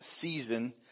season